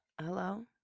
Hello